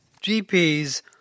GPs